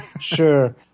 Sure